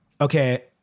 okay